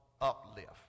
uplift